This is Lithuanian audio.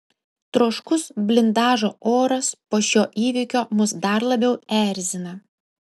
troškus blindažo oras po šio įvykio mus dar labiau erzina